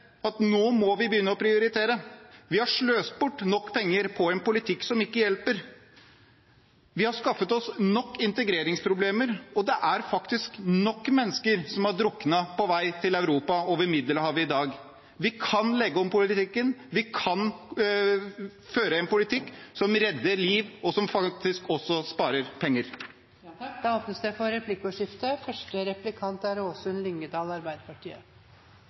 at vi nå må begynne å prioritere. Vi har sløst bort nok penger på en politikk som ikke hjelper. Vi har skaffet oss nok integreringsproblemer, og det er faktisk nok mennesker som har druknet på vei til Europa over Middelhavet i dag. Vi kan legge om politikken. Vi kan føre en politikk som redder liv, og som faktisk også sparer penger. Det blir replikkordskifte. Det